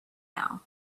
now